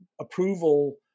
approval